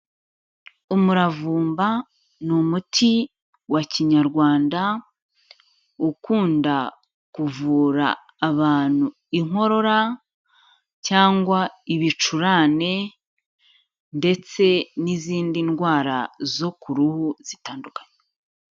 Umuravumba, ni umuti wa kinyarwanda, ukunda kuvura abantu inkorora cyangwa ibicurane ndetse n'izindi ndwara zo ku ruhu zitandukanye.